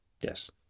Yes